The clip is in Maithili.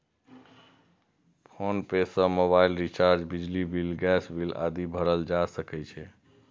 फोनपे सं मोबाइल रिचार्ज, बिजली बिल, गैस बिल आदि भरल जा सकै छै